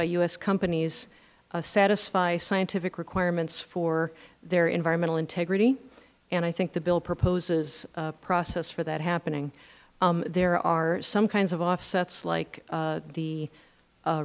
by u s companies satisfy scientific requirements for their environmental integrity and i think the bill proposes a process for that happening there are some kinds of offsets like the